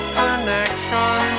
connection